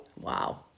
Wow